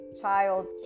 child